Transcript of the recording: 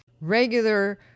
regular